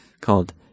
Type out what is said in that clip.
called